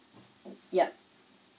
yup